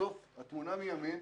בסוף התמונה מימין,